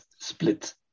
split